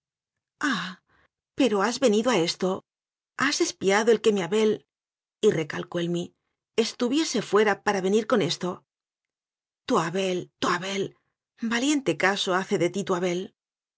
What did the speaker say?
ah pero has venido a esto has es piado el que mi abely recalcó el mies tuviese fuera para venir a esto tu abel tu abel valiente caso hace de ti